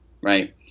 right